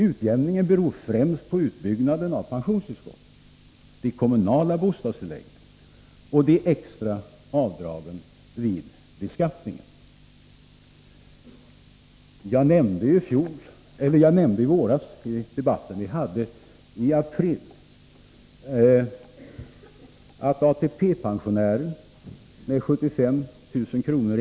Utjämningen beror främst på utbyggnaden av pensionstillskotten, de kommunala bostadstilläggen och de extra avdragen vid beskattningen. Jag nämnde i debatten som vi hade i april att ATP-pensionären med 75 000 kr.